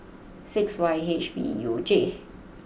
six Y H V U J